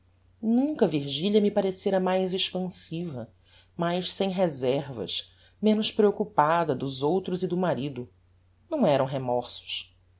nunca virgilia me parecera mais expansiva mais sem reservas menos preoccupada dos outros e do marido não eram remorsos